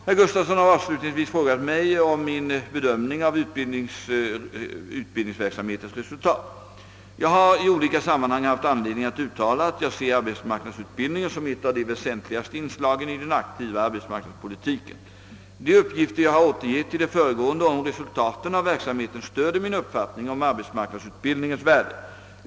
Herr Gustavsson har avslutningsvis frågat om min bedömning av utbildningsverksamhetens resultat. Jag har i olika sammanhang haft anledning att uttala att jag ser arbetsmarknadsutbildningen som ett av de väsentligaste inslagen i den aktiva arbetsmarknadspolitiken. De uppgifter jag har återgett i det föregående om resultaten av verksamheten stöder min uppfattning om arbetsmarknadsutbildningens värde.